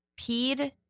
peed